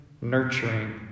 nurturing